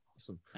awesome